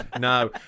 no